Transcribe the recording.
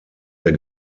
der